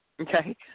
Okay